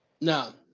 No